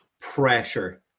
pressure